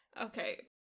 Okay